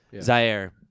Zaire